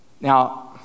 Now